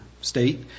state